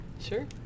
Sure